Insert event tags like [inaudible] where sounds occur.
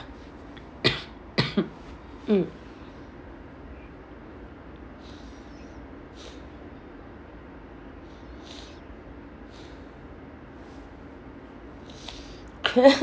[coughs] mm [laughs]